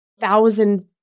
thousand